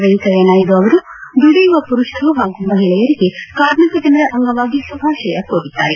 ವೆಂಕಯ್ತ ನಾಯ್ದ ಅವರು ದುಡಿಯುವ ಪುರುಷರು ಹಾಗೂ ಮಹಿಳೆಯರಿಗೆ ಕಾರ್ಮಿಕ ದಿನದ ಅಂಗವಾಗಿ ಶುಭಾಶಯ ಕೋರಿದ್ದಾರೆ